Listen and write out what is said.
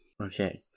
Okay